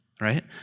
right